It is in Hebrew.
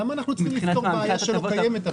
למה אנחנו צריכים לפתור בעיה שלא קיימת?